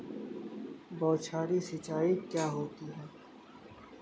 बौछारी सिंचाई क्या होती है?